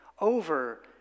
over